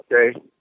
Okay